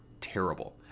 terrible